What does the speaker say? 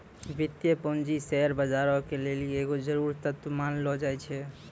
वित्तीय पूंजी शेयर बजारो के लेली एगो जरुरी तत्व मानलो जाय छै